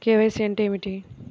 KYC అంటే ఏమిటి?